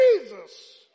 Jesus